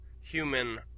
human